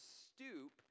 stoop